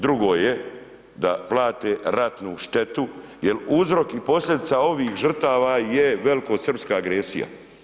Drugo je da plate ratnu štetu jer uzrok i posljedica ovih žrtava je velikosrpska agresija.